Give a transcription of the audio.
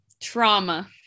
trauma